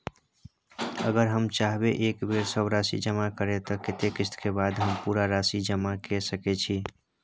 अगर हम चाहबे एक बेर सब राशि जमा करे त कत्ते किस्त के बाद हम पूरा राशि जमा के सके छि?